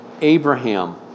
Abraham